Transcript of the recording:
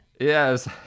Yes